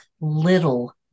little